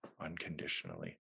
unconditionally